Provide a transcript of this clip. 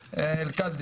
ELkadi"